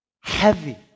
heavy